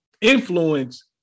influence